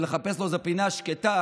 כאילו אתה איזה גאון גדול,